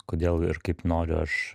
kodėl ir kaip noriu aš